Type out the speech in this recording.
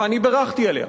ואני בירכתי עליה: